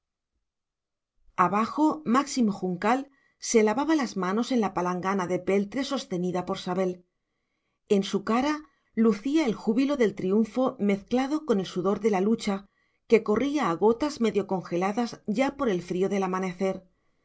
abajo máximo juncal se lavaba las manos en la palangana de peltre sostenida por sabel en su cara lucía el júbilo del triunfo mezclado con el sudor de la lucha que corría a gotas medio congeladas ya por el frío del amanecer